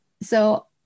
so-